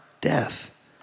death